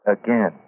again